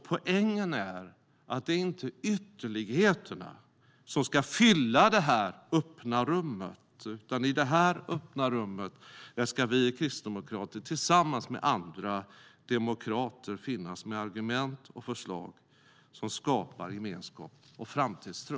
Poängen är att det inte är ytterligheterna som ska fylla det öppna rummet, utan i detta öppna rum ska vi kristdemokrater, tillsammans med andra demokrater, finnas med argument och förslag som skapar gemenskap och framtidstro.